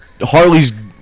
Harley's